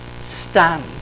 stand